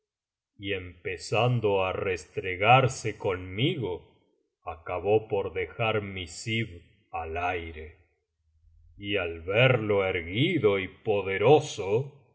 y empezando á á restregarse conmigo acabó por dejar nú zib al aire y al verlo erguido y poderoso